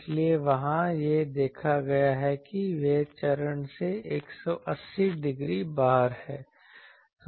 इसलिए वहाँ यह देखा गया है कि वे चरण से 180 डिग्री बाहर हैं